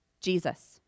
Jesus